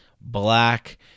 black